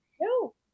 No